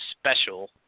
special